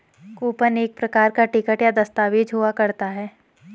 coupon एक प्रकार का टिकट या दस्ताबेज हुआ करता है